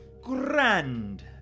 grand